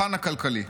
הפן הכלכלי.